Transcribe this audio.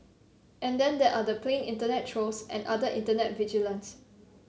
and then there are the plain internet trolls and other internet vigilantes